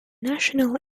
national